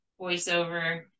voiceover